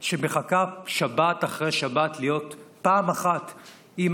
שמחכה שבת אחרי שבת להיות פעם אחת אימא